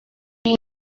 been